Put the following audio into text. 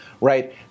Right